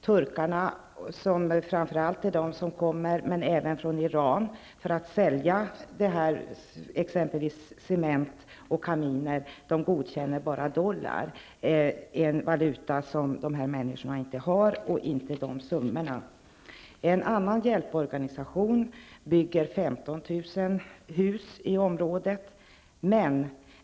De som kommer för att sälja exempelvis cement och kaminer är framför allt från Turkiet men även från Iran. De godkänner bara dollar, en valuta som de drabbade människorna inte har, och de har inte heller de summor som krävs. En annan hjälporganisation bygger 15 000 hus i området.